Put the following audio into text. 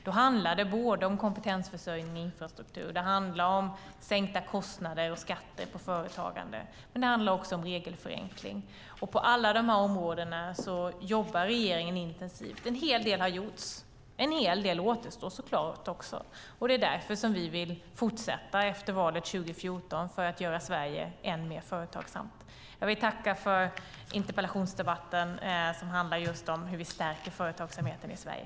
Då handlar det både om kompetensförsörjning och om infrastruktur. Det handlar om sänkta kostnader och skatter på företagande, men det handlar också om regelförenkling. På alla dessa områden jobbar regeringen intensivt. En hel del har gjorts. En hel del återstår såklart också. Det är därför som vi vill fortsätta efter valet 2014 för att göra Sverige än mer företagsamt. Jag vill tacka för den här interpellationsdebatten om hur vi stärker företagsamheten i Sverige.